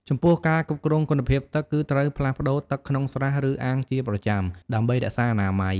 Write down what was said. ចំពោះការគ្រប់គ្រងគុណភាពទឹក គឺត្រូវផ្លាស់ប្ដូរទឹកក្នុងស្រះ ឬអាងជាប្រចាំ ដើម្បីរក្សាអនាម័យ។